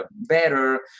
ah better,